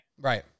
Right